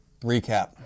recap